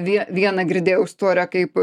vien vieną girdėjau istoriją kaip